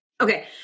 Okay